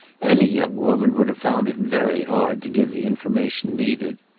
any young woman would have found it very hard to give the information needed.